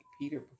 Peter